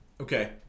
Okay